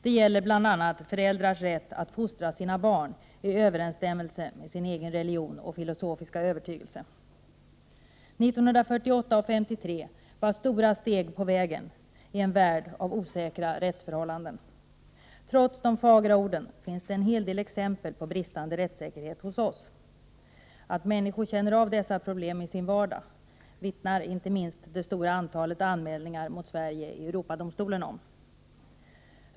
Det gäller bl.a. föräldrars rätt att fostra sina barn i överensstämmelse med sin egen religion och filosofiska övertygelse. 1948 och 1953 var stora steg på vägen i en värld av osäkra rättsförhållanden. Trots de fagra orden finns det en hel del exempel på bristande rättssäkerhet hos oss. Att människor känner av dessa problem i sin vardag vittnar inte minst det stora antalet anmälningar mot Sverige i Europadomstolen om.